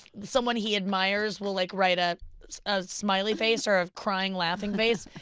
someone he admires will like write ah a smiley face or a crying laughing face,